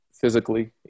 physically